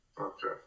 Okay